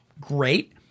great